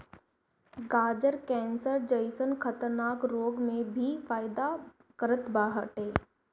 गाजर कैंसर जइसन खतरनाक रोग में भी फायदा करत बाटे